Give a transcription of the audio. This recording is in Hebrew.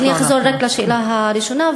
אני אחזור רק לשאלה הראשונה.